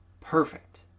Perfect